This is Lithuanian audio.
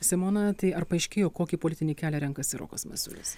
simona tai ar paaiškėjo kokį politinį kelią renkasi rokas masiulis